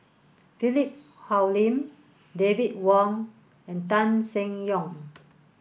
Philip Hoalim David Wong and Tan Seng Yong